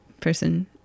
person